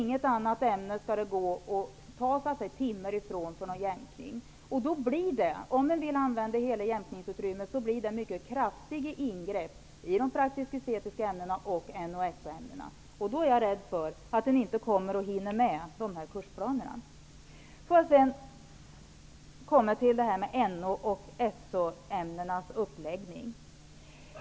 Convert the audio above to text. Det skall inte vara möjligt att ta timmar från något annat ämne för jämkning. Om man vill använda hela jämkningsutrymmet innebär det mycket kraftiga ingrepp i de praktisk-estetiska ämnena och i NO-- SO-ämnena. Jag är rädd för att man då inte kommer att hinna med de här kursplanerna. Får jag sedan gå över till NO och SO-ämnenas uppläggning.